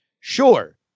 Sure